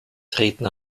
treten